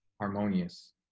harmonious